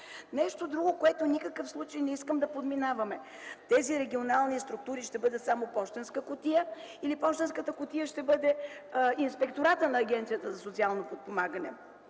Нещо друго, което в никакъв случай не искам да подминаваме. Тези регионални структури ще бъдат само пощенска кутия, или пощенската кутия ще бъде Инспекторатът на Агенцията за социално подпомагане?